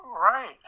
right